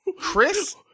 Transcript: Chris